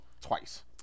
twice